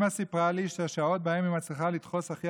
אימא סיפרה לי שהשעות שבהן היא מצליחה לדחוס הכי